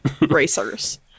racers